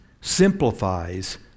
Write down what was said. simplifies